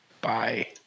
bye